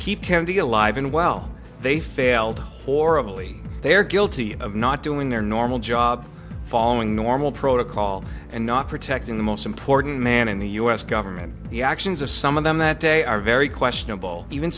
keep candy alive and well they failed horribly they are guilty of not doing their normal job following normal protocol and not protecting the most important man in the us government the actions of some of them that day are very questionable even